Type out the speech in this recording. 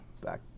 back